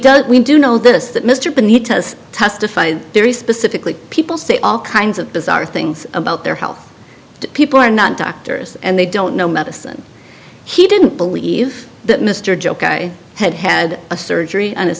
does we do know this that mr but he does testify very specifically people say all kinds of bizarre things about their health people are not doctors and they don't know medicine he didn't believe that mr joke i had had a surgery on his